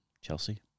Chelsea